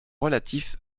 relatif